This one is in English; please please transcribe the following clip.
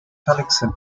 collection